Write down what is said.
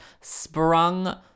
sprung